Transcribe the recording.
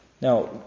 Now